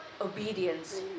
obedience